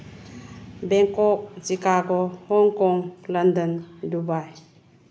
Bangkok Chicago Hong Kong London Dubai